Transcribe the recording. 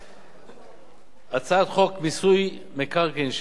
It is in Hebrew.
הצעת חוק מיסוי מקרקעין (שבח ורכישה) (תיקון,